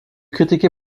critiqué